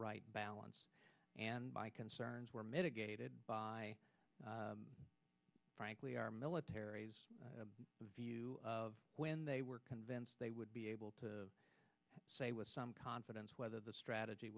right balance and my concerns were mitigated by frankly our military view of when they were convinced they would be able to say with some confidence whether the strategy